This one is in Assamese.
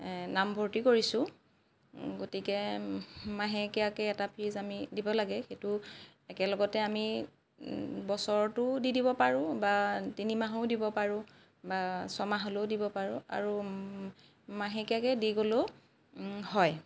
নামভৰ্ত্তি কৰিছোঁ গতিকে মাহেকীয়াকৈ এটা ফিজ আমি দিব লাগে সেইটো একেলগতে আমি বছৰটোও দি দিব পাৰোঁ বা তিনিমাহো দিব পাৰোঁ বা ছমাহলৈও দিব পাৰোঁ আৰু মাহেকীয়াকৈ দি গ'লেও হয়